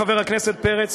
חבר הכנסת פרץ,